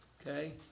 Okay